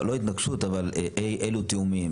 לא התנגשות, אבל אי אילו תיאומים.